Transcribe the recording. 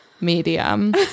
medium